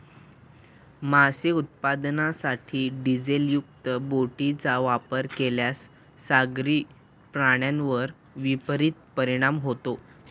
मासे उत्पादनासाठी डिझेलयुक्त बोटींचा वापर केल्यास सागरी प्राण्यांवर विपरीत परिणाम होतो